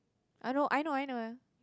I know I know I know ya